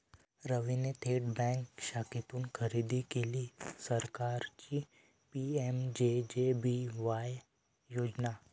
रवीने थेट बँक शाखेतून खरेदी केली सरकारची पी.एम.जे.जे.बी.वाय योजना